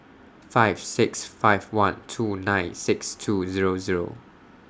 five six five one two nine six two Zero Zero